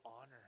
honor